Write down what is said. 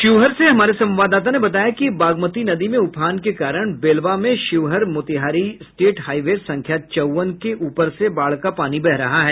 शिवहर से हमारे संवाददाता ने बताया कि बागमती नदी में उफान के कारण बेलवा में शिवहर मोतीहारी स्टेट हाईवे संख्या चौवन के ऊपर से बाढ़ का पानी बह रहा है